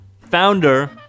founder